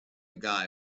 guy